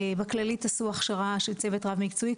בכללית עשו הכשרה של צוות רב-מקצועי,